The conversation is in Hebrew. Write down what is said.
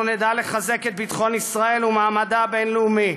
אנחנו נדע לחזק את ביטחון ישראל ומעמדה הבין-לאומי,